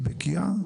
היא בקיאה,